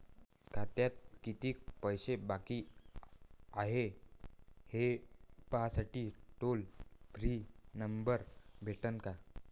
खात्यात कितीकं पैसे बाकी हाय, हे पाहासाठी टोल फ्री नंबर भेटन का?